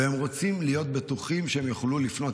והם רוצים להיות בטוחים שהם יוכלו לפנות